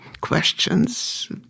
questions